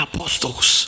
Apostles